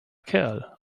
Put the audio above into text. kerl